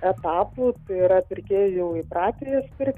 etapų tai yra pirkėjai jau įpratę jas pirkt